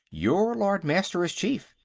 your lord-master is chief,